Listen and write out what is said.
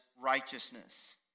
righteousness